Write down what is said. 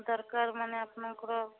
ଦରକାର ମାନେ ଆପଣଙ୍କର